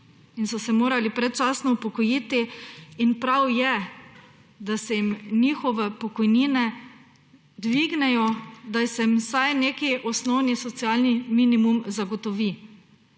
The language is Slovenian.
in so se morali predčasno upokojiti. In prav je, da se jim njihove pokojnine dvignejo, da se jim vsaj neki osnovni socialni minimum zagotovi.